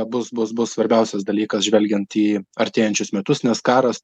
bus bus bus svarbiausias dalykas žvelgiant į artėjančius metus nes karas